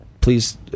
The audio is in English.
please